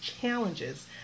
challenges